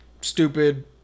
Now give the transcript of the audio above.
stupid